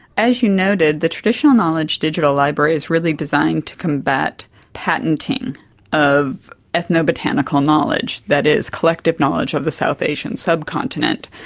as you noted, the traditional knowledge digital library is really designed to combat patenting of ethnobotanical knowledge, that is collective knowledge of the south asian subcontinent.